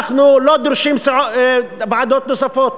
אנחנו לא דורשים ועדות נוספות.